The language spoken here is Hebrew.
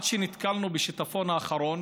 עד שנתקלנו, בשיטפון האחרון